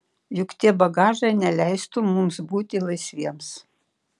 juk tie bagažai neleistų mums būti laisviems